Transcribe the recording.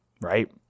right